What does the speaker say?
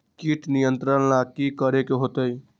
किट नियंत्रण ला कि करे के होतइ?